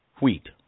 wheat